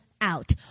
out